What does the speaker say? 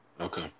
Okay